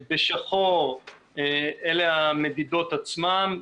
בשחור אלה המדידות עצמן.